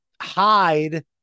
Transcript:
hide